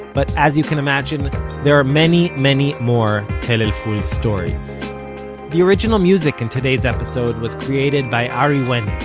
but as you can imagine there are many many more tell el-ful stories the original music in today's episode was created by ari wenig,